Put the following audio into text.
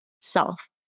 self